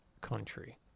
Country